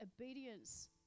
obedience